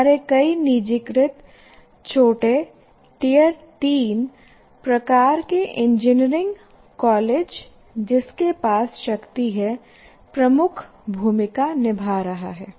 हमारे कई निजीकृत छोटे टियर 3 प्रकार के इंजीनियरिंग कॉलेज जिसके पास शक्ति है प्रमुख भूमिका निभा रहा है